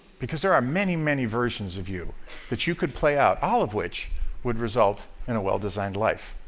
because there are many, many versions of you that you could play out, all of which would result in a well-designed life.